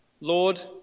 Lord